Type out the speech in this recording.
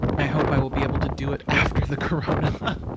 i hope i will be able to do it after the corona.